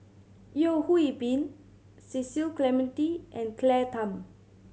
Yeo Hwee Bin Cecil Clementi and Claire Tham